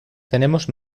tenemos